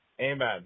Amen